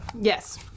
Yes